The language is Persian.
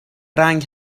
رنگ